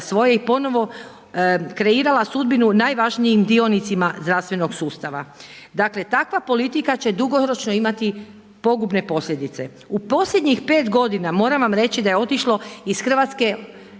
svoje i ponovo kreirala sudbinu najvažnijim dionicima zdravstvenog sustava. Dakle takva politika će dugoročno imati pogubne posljedice. U posljednjih 5 godina moram vam reći da je otišlo iz Hrvatske